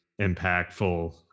impactful